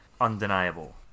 undeniable